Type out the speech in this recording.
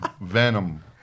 Venom